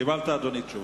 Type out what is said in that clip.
קיבלת, אדוני, תשובה.